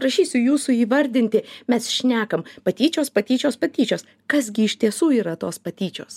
prašysiu jūsų įvardinti mes šnekam patyčios patyčios patyčios kas gi iš tiesų yra tos patyčios